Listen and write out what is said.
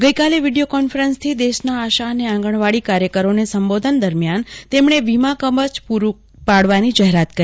ગઇકાલે વિડીયો કોન્ફરન્સથી દેશના આશા અને આંગણવાડી કાર્યકરોને સંબોધન દરમિયાન તેમણે વીમા કવચ પુરૂં પાડવાની પણ જાહેરાત કરી